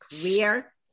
career